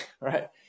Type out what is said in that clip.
right